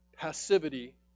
passivity